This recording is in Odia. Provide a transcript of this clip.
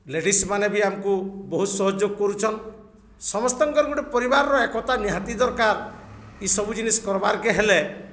ଲେଡ଼ିସ୍ମାନେ ବି ଆମକୁ ବହୁତ ସହଯୋଗ କରୁଛନ୍ ସମସ୍ତଙ୍କର ଗୋଟେ ପରିବାରର ଏକତା ନିହାତି ଦରକାର ଇସବୁ ଜିନିଷ୍ କର୍ବାର୍କେ ହେଲେ